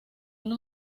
los